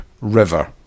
river